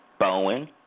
Boeing